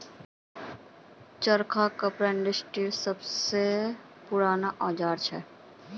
चरखा कपड़ा इंडस्ट्रीर सब स पूराना औजार छिके